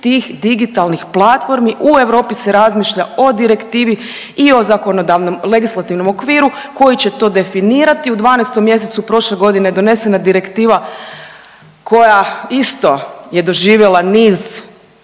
tih digitalnih platformi. U Europi se razmišlja o direktivi i o zakonodavnom legislativnom okviru koji će to definirati. U 12 mjesecu prošle godine je donesena direktiva koja isto je doživjela niz